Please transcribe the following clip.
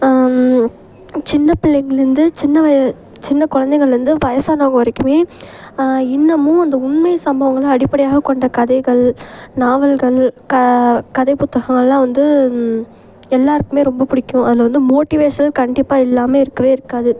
சின்னபிள்ளைங்கள்லேருந்து சின்ன வ சின்ன கொழந்தைகள்லேந்து வயசானவங்கள் வரைக்கும் இன்னமும் அந்த உண்மை சம்பவங்களை அடிப்படையாக கொண்ட கதைகள் நாவல்கள் க கதை புத்தகமெலாம் வந்து எல்லோருக்குமே ரொம்ப பிடிக்கும் அதில் வந்து மோட்டிவேஷனல் கண்டிப்பாக இல்லாமல் இருக்கவே இருக்காது